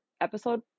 episode